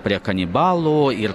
prie kanibalų ir